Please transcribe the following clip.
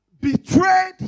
betrayed